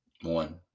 One